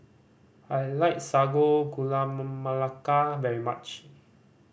I like sago gula melaka very much